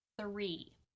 three